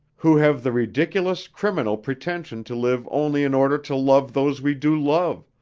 who have the ridiculous, criminal pretention to live only in order to love those we do love,